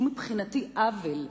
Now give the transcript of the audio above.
שהוא מבחינתי עוול,